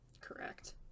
Correct